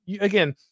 Again